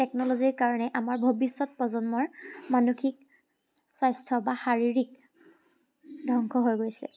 টেকনলজিৰ কাৰণে আমাৰ ভৱিষ্যত প্ৰজন্মৰ মানসিক স্বাস্থ্য বা শাৰীৰিক ধ্বংস হৈ গৈছে